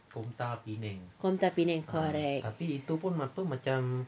komtar penang correct